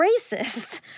racist